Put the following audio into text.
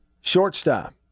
shortstop